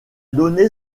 donné